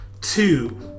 two